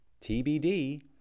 TBD